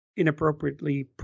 inappropriately